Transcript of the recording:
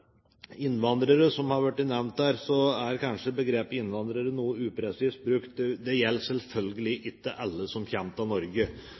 innvandrere, som har vært nevnt her, er kanskje begrepet «innvandrer» noe upresist brukt. Det gjelder selvfølgelig ikke alle som kommer til Norge.